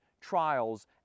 trials